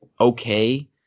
okay